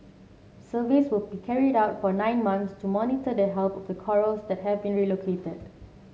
surveys will be carried out for nine months to monitor the health of the corals that have been relocated